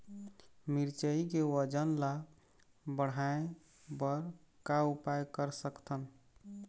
मिरचई के वजन ला बढ़ाएं बर का उपाय कर सकथन?